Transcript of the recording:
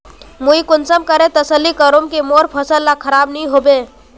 मुई कुंसम करे तसल्ली करूम की मोर फसल ला खराब नी होबे?